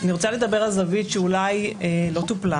אני רוצה לדבר על זווית שאולי לא טופלה,